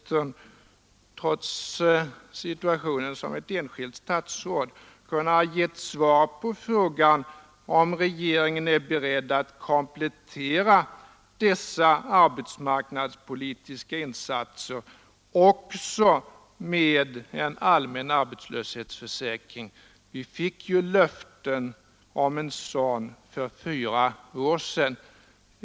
Trots situationen som ett enskilt statsråd borde inrikesministern kanske ändå ha svarat på frågan om regeringen är beredd att komplettera dessa arbetsmarknadspolitiska insatser också med en allmän arbetslöshetsförsäkring. Vi fick ju löfte om en sådan för fyra år sedan.